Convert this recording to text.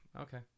Okay